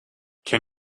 can